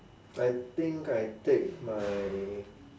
I think I take my